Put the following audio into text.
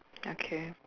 okay